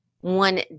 one